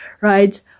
Right